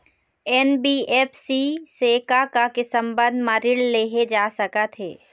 NBFC से का का के संबंध म ऋण लेहे जा सकत हे?